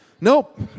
Nope